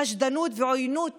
וחשדנות ועוינות